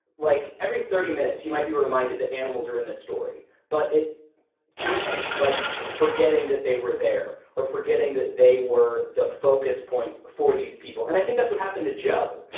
like every thirty minutes you might be reminded the animals are in this story, but it kept like forgetting that they were there or forgetting that they were the focus point for these people. and i think that's what happened to joe.